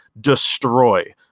destroy